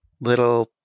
little